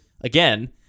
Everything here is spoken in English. again